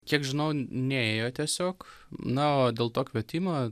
kiek žinau nėjo tiesiog na o dėl to kvietimo